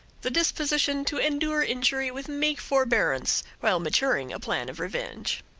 the disposition to endure injury with meek forbearance while maturing a plan of revenge.